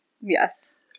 Yes